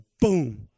boom